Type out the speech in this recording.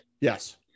Yes